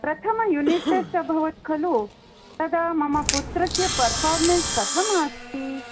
प्रथम unit test अभवत् खलु तदा मम पुत्रस्य पर्फार्मेन्स कथं अस्ति